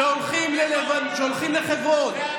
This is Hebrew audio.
שהולכים לחברון,